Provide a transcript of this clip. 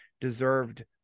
deserved